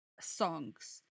songs